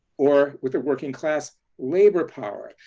or with a working class, labor power.